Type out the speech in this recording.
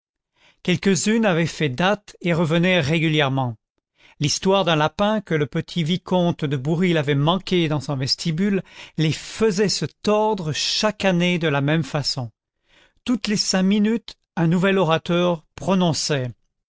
quelques-unes avaient fait date et revenaient régulièrement l'histoire d'un lapin que le petit vicomte de bourril avait manqué dans son vestibule les faisait se tordre chaque année de la même façon toutes les cinq minutes un nouvel orateur prononçait